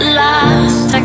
lost